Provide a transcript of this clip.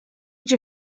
age